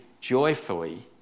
joyfully